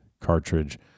Cartridge